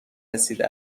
رسیده